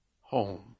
home